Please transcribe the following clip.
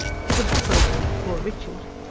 for the book open before richard,